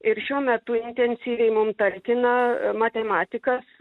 ir šiuo metu intensyviai mum talkina matematikas